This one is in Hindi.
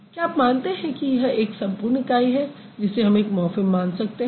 क्या आप मानते हैं कि यह एक सम्पूर्ण इकाई है जिसे हम एक मॉर्फ़िम मान सकते हैं